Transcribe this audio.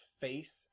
face